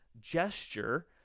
gesture